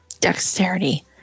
dexterity